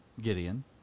Gideon